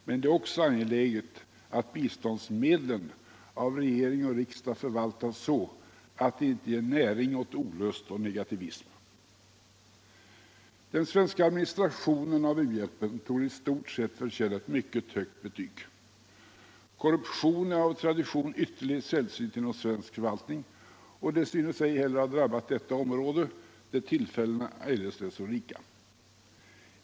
Men det är också angeläget att biståndsmedlen av regering och riksdag förvaltas så att det inte ger näring åt olust och negativism. Den svenska administrationen av u-hjälpen torde i stort sett förtjäna ett mycket högt betyg. Korruption är av tradition ytterligt sällsynt inom svensk förvaltning, och synes ej heller ha drabbat detta område, där tillfällena eljest är så rika.